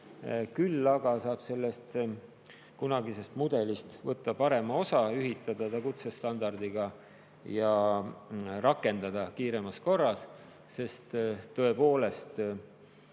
Küll aga saab sellest kunagisest mudelist võtta parema osa ja ühitada see kutsestandardiga ja rakendada seda kiiremas korras, sest tõepoolest